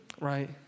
right